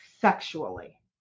sexually